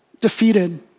defeated